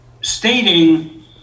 stating